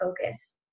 focus